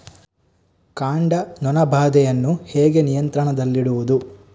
ಕಾಂಡ ನೊಣ ಬಾಧೆಯನ್ನು ಹೇಗೆ ನಿಯಂತ್ರಣದಲ್ಲಿಡುವುದು?